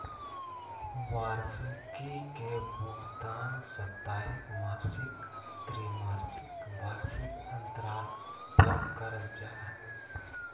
वार्षिकी के भुगतान साप्ताहिक, मासिक, त्रिमासिक, वार्षिक अन्तराल पर कइल जा हइ